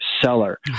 seller